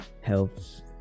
helps